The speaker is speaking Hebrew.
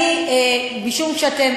משום שאתם